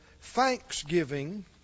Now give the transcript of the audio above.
thanksgiving